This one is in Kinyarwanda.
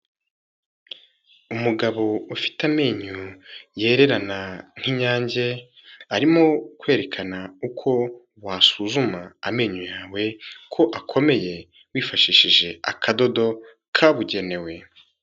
Umugabo ufite amenyo yererana nk'inyange arimo kwerekana uko wasuzuma amenyo yawe ko akomeye wifashishije akadodo kabugenewe.